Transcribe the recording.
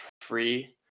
free